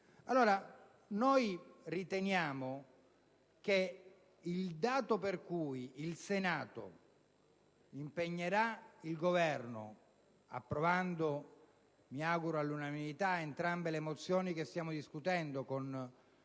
discussione. Riteniamo che il dato per cui il Senato impegnerà il Governo - approvando, mi auguro, all'unanimità entrambe le mozioni che stiamo discutendo, con l'accordo